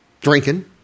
drinking